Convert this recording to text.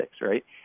right